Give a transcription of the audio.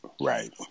Right